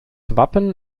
wappen